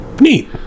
Neat